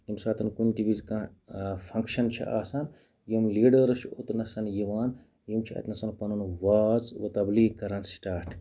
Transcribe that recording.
ییٚمہِ ساتَس کُنہِ تہِ وِزِ کانٛہہ فَنٛگشَن چھُ آسان یِم لیٖڈرس چھِ اوٚتنَسَن یِوان یِم چھِ أتۍ نَس وَنان پَنُن واز وَ تَبلیٖغ کَران سٹاٹ